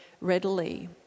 readily